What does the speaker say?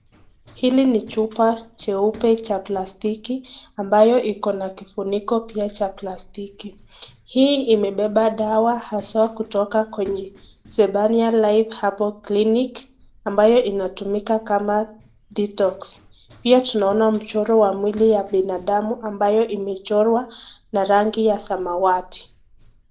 Hili ni chupa cheupe la plastiki ambayo iko na kifuniko pia la plastiki. Hii imebeba dawa haswa kutoka kwenye (cs)Zephania Life Herbal Clinic(cs), ambayo inatumika kama Detox . Hiyo tunaona mchoro ya mwili ya binadamu ambayo imechorwa na rangi ya samawati.